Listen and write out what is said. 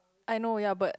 I know ya but